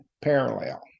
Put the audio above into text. parallel